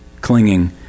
clinging